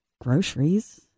groceries